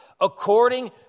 according